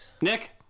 Nick